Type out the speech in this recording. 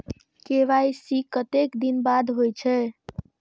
KYC कतेक दिन बाद होई छै?